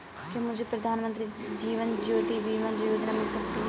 क्या मुझे प्रधानमंत्री जीवन ज्योति बीमा योजना मिल सकती है?